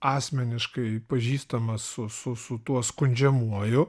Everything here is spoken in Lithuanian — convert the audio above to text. asmeniškai pažįstamas su su su tuo skundžiamuoju